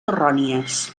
errònies